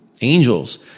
angels